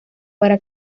para